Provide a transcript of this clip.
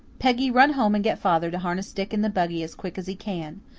peggy, run home and get father to harness dick in the buggy as quickly as he can.